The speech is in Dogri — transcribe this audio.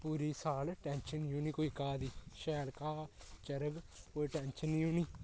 पूरी साल टेंशन निं होनी कोई घाऽ दी शैल घाऽ चरग कोई टेंशन निं होनी